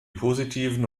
positiven